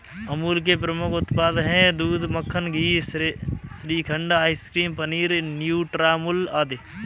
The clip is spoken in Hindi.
अमूल के प्रमुख उत्पाद हैं दूध, मक्खन, घी, श्रीखंड, आइसक्रीम, पनीर, न्यूट्रामुल आदि